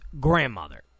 grandmother